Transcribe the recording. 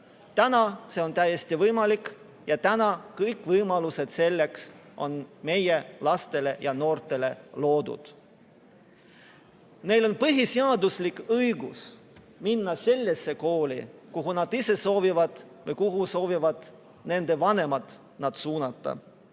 Täna on see täiesti võimalik ja selleks on kõik võimalused meie lastele ja noortele loodud. Neil on põhiseaduslik õigus minna sellesse kooli, kuhu nad ise soovivad minna või kuhu soovivad nende vanemad neid suunata.